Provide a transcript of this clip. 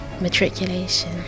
Matriculation